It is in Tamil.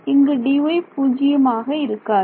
இங்கு Dy பூஜ்ஜியமாக இருக்காது